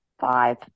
Five